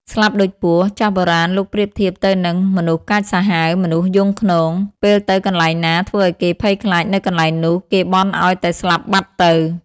ស្លាប់ដូចពស់ ចាស់បុរាណលោកប្រៀបធៀបទៅនឹង មនុស្សកាចសាហាវ មនុស្សយង់ឃ្នង ពេលទៅកន្លែងណាធ្វើឲ្យគេភ័យខ្លាចនៅកន្លែងនោះ គេបន់ឲ្យតែស្លាប់បាត់ទៅ។